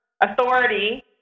authority